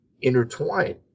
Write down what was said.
intertwined